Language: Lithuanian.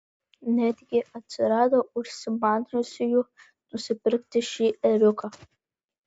netgi atsirado užsimaniusiųjų nusipirkti šį ėriuką